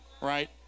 right